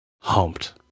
humped